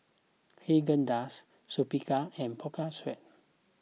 Haagen Dazs Superga and Pocari Sweat